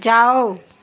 जाओ